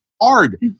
hard